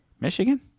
Michigan